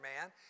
man